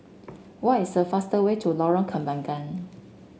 what is a fastest way to Lorong Kembagan